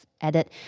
added